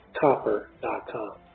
copper.com